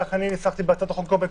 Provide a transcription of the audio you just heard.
כך אני ניסחתי בהצעת החוק המקורית,